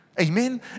Amen